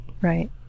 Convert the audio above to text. Right